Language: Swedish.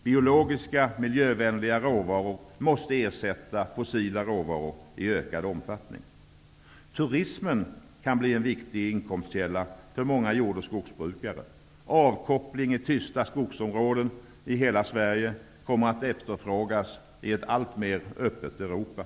Biologiska, miljövänliga råvaror måste ersätta fossila råvaror i ökad omfattning. Turismen kan bli en viktig inkomstkälla för många jord och skogsbrukare. Avkoppling i tysta skogsområden i hela Sverige kommer att efterfrågas alltmer i ett öppet Europa.